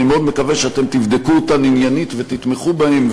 אני מאוד מקווה שאתם תבדקו אותן עניינית ותתמכו בהן,